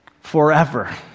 forever